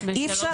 אי-אפשר.